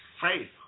faith